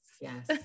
Yes